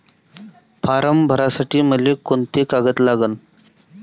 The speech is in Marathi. फारम भरासाठी मले कोंते कागद लागन?